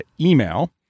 email